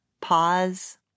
pause